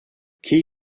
key